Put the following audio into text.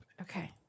Okay